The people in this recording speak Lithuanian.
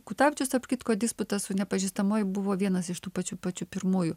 kutavičiaus tarp kitko disputas su nepažįstamuoju buvo vienas iš tų pačių pačių pirmųjų